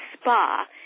spa